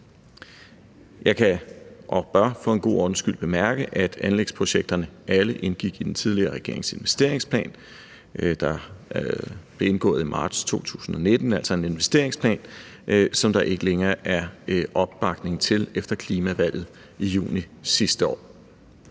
Jeg kan og bør for god ordens skyld bemærke, at anlægsprojekterne alle indgik i den tidligere regerings investeringsplan, der blev indgået aftale om i marts 2019, altså en investeringsplan, der ikke længere er opbakning til efter klimavalget i juni sidste år.